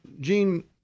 Gene